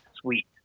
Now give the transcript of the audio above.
sweet